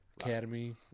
Academy